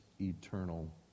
eternal